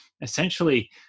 essentially